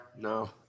No